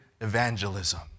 evangelism